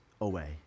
away